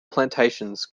plantations